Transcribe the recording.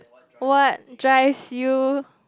what drives you